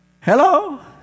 hello